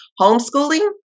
homeschooling